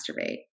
masturbate